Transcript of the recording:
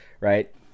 right